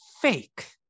fake